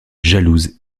jalouse